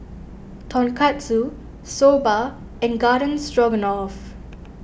Tonkatsu Soba and Garden Stroganoff